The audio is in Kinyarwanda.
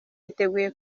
yitegura